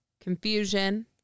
confusion